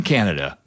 Canada